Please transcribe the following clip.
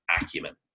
acumen